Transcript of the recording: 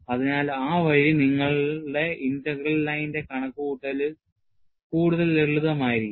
അതിനാൽ ആ വഴി നിങ്ങളുടെ ഇന്റഗ്രൽ ലൈനിന്റെ കണക്കുകൂട്ടൽ കൂടുതൽ ലളിതമായിരിക്കും